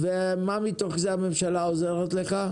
ומה מתוך זה הממשלה עוזרת לך?